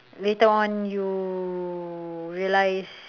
later on you realise